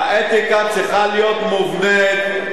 האתיקה צריכה להיות מובנית.